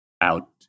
out